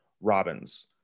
Robins